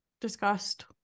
discussed